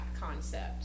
concept